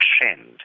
trend